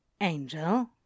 Angel